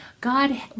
God